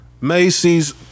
Macy's